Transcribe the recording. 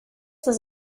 was